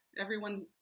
everyone's